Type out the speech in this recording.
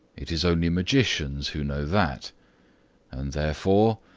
it is only magicians who know that and, therefore,